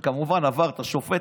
זה כמובן עבר את השופט,